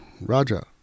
Raja